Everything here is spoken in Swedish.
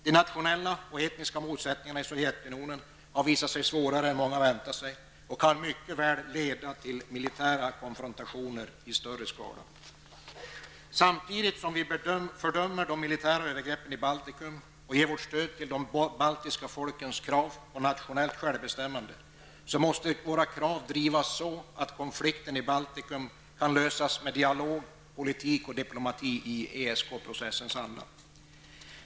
De nationella och etniska motsättningarna i Sovjetunionen har visat sig vara svårare än många har väntat sig, och de kan mycket väl leda till militära konfrontationer i större skala. Samtidigt som vi fördömer de militära övergreppen i Baltikum och stödjer de baltiska folkens krav på nationellt självbestämmande måste våra krav drivas så, att konflikten i Baltikum kan lösas med dialog, politik och diplomati i ESK-processens anda.